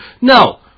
no